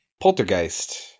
Poltergeist